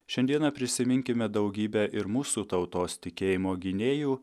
šiandieną prisiminkime daugybę ir mūsų tautos tikėjimo gynėjų